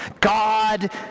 God